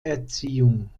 erziehung